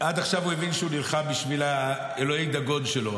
עד עכשיו הוא היה נלחם בשביל אלוהי דגון שלו,